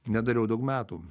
nedariau daug metų